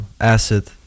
acid